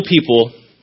people